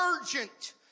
urgent